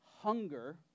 hunger